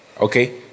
okay